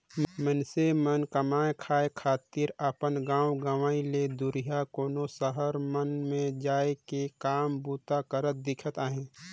मइनसे मन कमाए खाए खातिर अपन गाँव गंवई ले दुरिहां कोनो सहर मन में जाए के काम बूता करत दिखत अहें